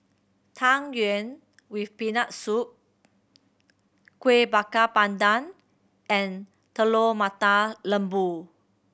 Tang Yuen with Peanut Soup Kuih Bakar Pandan and Telur Mata Lembu